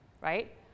right